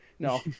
No